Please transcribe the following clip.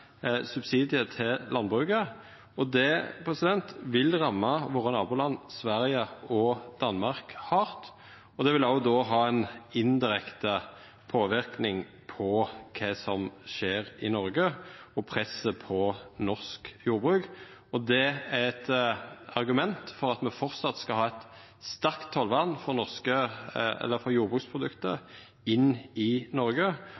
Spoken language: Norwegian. subsidiane til landbruket. Det vil ramma våre naboland Sverige og Danmark hardt, og det vil òg ha ein indirekte påverknad på det som skjer i Noreg og presset på norsk jordbruk. Det er eit argument for at me framleis skal ha eit sterkt tollvern for jordbruksprodukt inn i Noreg.